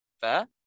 Fair